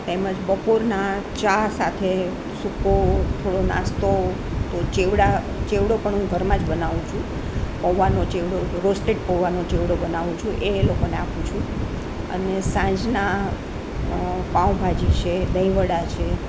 તેમજ બપોરના ચા સાથે સૂકો થોડો નાસ્તો તો ચેવડા ચેવડો પણ હું ઘરમાં જ બનાવું છું પૌંવાનો ચેવડો રોસ્ટેડ પૌંવાનો ચેવડો બનાવું છું એ એ લોકોને આપું છું અને સાંજના પાઉં ભાજી છે દહીંવડા છે